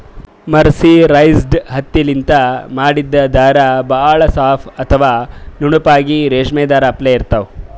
mercerised ಹತ್ತಿಲಿಂತ್ ಮಾಡಿದ್ದ್ ಧಾರಾ ಭಾಳ್ ಸಾಫ್ ಅಥವಾ ನುಣುಪಾಗಿ ರೇಶ್ಮಿ ಧಾರಾ ಅಪ್ಲೆ ಇರ್ತಾವ್